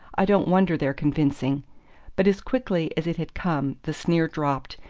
i don't wonder they're convincing but as quickly as it had come the sneer dropped,